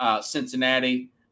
Cincinnati